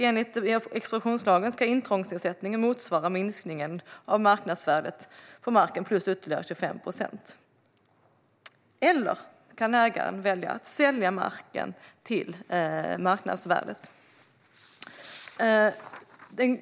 Enligt expropriationslagen ska intrångsersättningen motsvara minskningen av marknadsvärdet på marken plus ytterligare 25 procent. Ägaren kan också välja att sälja marken till marknadsvärdet.